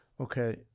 Okay